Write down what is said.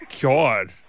God